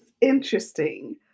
interesting